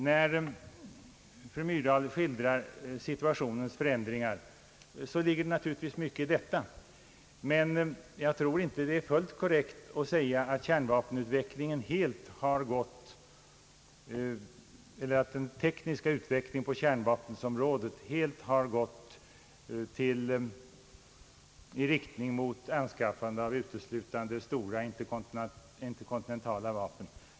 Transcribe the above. Det ligger mycket i fru Myrdals skildring av hur situationen ändrats, men jag tror inte att det är fullt korrekt att säga att den tekniska utvecklingen på kärnvapenområdet helt har gått i riktning mot anskaffande av uteslutande stora interkontinentala vapen.